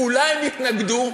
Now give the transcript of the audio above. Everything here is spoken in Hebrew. אולי הם יתנגדו?